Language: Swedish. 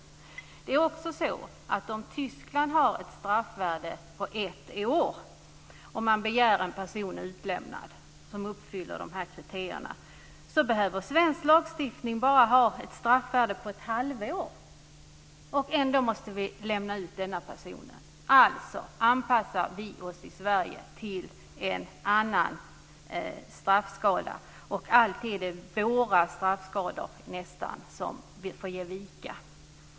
Om det i Tyskland är fråga om ett straffvärde på ett år för ett brott för att en person ska kunna begäras utlämnad, behöver det i svensk lagstiftning bara vara fråga om ett straffvärde på ett halvår för motsvarande brott för att denna person ska lämnas ut. Alltså anpassar vi oss i Sverige till en annan straffskala. Det är nästan alltid våra straffskalor som får ge vika.